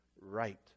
right